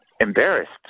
embarrassed